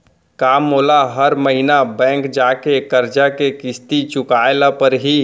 का मोला हर महीना बैंक जाके करजा के किस्ती चुकाए ल परहि?